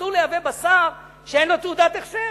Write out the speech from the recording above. אסור לייבא בשר שאין לו תעודת הכשר.